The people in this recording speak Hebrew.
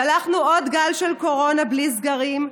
צלחנו עוד גל של קורונה בלי סגרים,